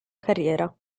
carriera